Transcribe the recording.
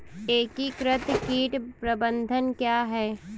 एकीकृत कीट प्रबंधन क्या है?